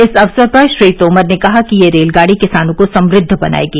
इस अवसर पर श्री तोमर ने कहा कि यह रेलगाड़ी किसानों को समृद्व बनाएगी